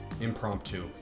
impromptu